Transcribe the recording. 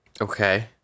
Okay